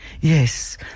yes